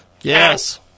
Yes